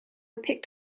picked